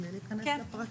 בלי להיכנס לפרטים.